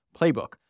playbook